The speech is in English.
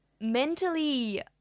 mentally